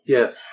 Yes